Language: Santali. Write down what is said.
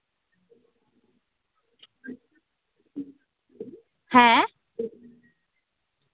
ᱦᱮᱸ